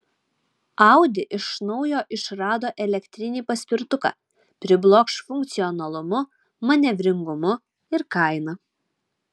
audi iš naujo išrado elektrinį paspirtuką priblokš funkcionalumu manevringumu ir kaina